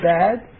bad